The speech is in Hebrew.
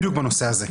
או שאתם תעשו את זה,